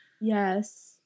Yes